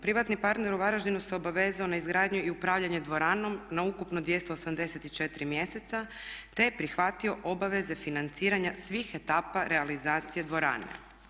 Privatni partner u Varaždinu se obavezao na izgradnju i upravljanje dvoranom na ukupno 284 mjeseca te je prihvatio obaveze financiranja svih etapa realizacije dvorane.